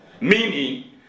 Meaning